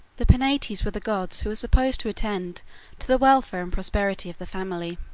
the penates were the gods who supposed to attend to the welfare and prosperity of the family.